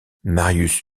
marius